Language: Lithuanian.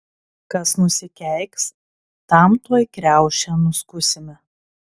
kas nusikeiks tam tuoj kriaušę nuskusime